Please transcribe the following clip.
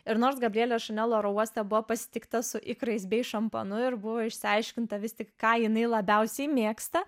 ir nors gabrielė šanel oro uoste buvo pasitikta su ikrais bei šampanu ir buvo išsiaiškinta vis tik ką jinai labiausiai mėgsta